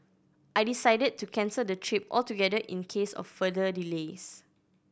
I decided to cancel the trip altogether in case of further delays